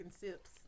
sips